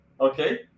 okay